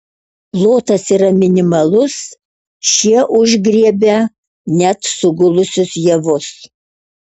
plotas yra minimalus šie užgriebia net sugulusius javus